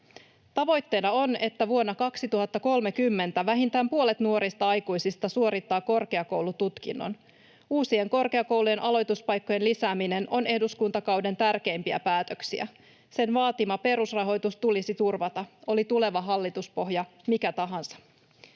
Tavoitteena on, että vuonna 2030 vähintään puolet nuorista aikuisista suorittaa korkeakoulututkinnon. Korkeakoulujen uusien aloituspaikkojen lisääminen on eduskuntakauden tärkeimpiä päätöksiä. Sen vaatima perusrahoitus tulisi turvata, oli tuleva hallituspohja mikä tahansa.